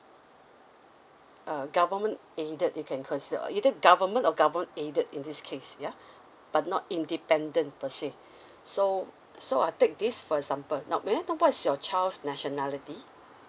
uh government aided you can consider or either government or government aided in this case ya but not independent per se so so I take this for example now may I know what's your child's nationality